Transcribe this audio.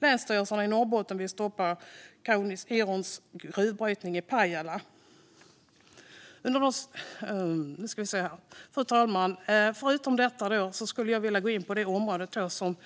Länsstyrelsen i Norrbottens län vill stoppa Kaunis Irons gruvbrytning i Pajala. Fru talman! Jag skulle vilja gå in på det ämne som